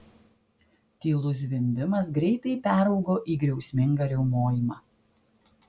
tylus zvimbimas greitai peraugo į griausmingą riaumojimą